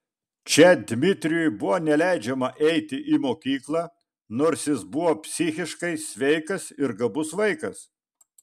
čia dmitrijui buvo neleidžiama eiti į mokyklą nors jis buvo psichiškai sveikas ir gabus vaikas